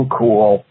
cool